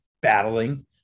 battling